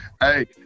Hey